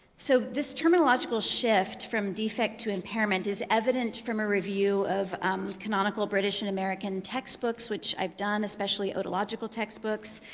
so this terminological shift from defect to impairment is evident from a review of canonical british and american textbooks, which i've done, especially otological textbooks.